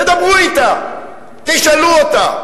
תדברו אתה, תשאלו אותה.